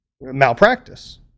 malpractice